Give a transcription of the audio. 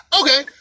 okay